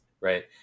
right